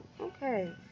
Okay